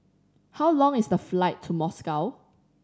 how long is the flight to Moscow